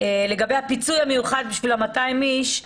לגבי הפיצוי המיוחד עבור 200 האנשים,